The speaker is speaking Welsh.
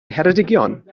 ngheredigion